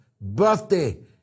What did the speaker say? birthday